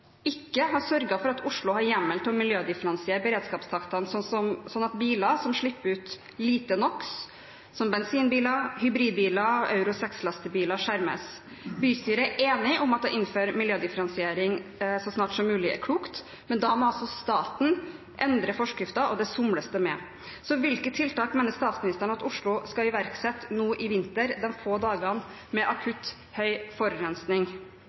ikke har sørget for at Oslo har hjemmel til å miljødifferensiere beredskapstakstene, slik at biler som slipper ut lite NOx, som bensinbiler, hybridbiler og Euro 6-lastebiler, skjermes. Bystyret er enig om at det å innføre miljødifferensiering så snart som mulig er klokt, men da må staten endre forskriften, og det somles det med. Hvilke tiltak mener statsministeren at Oslo skal iverksette nå i vinter på disse få dagene med